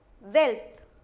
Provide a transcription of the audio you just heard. wealth